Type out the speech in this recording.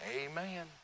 amen